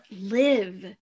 live